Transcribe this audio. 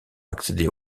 accéder